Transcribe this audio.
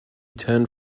turned